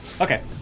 Okay